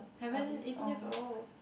haven't eighteen years old